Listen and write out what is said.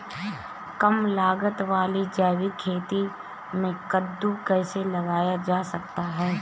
कम लागत वाली जैविक खेती में कद्दू कैसे लगाया जा सकता है?